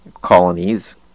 colonies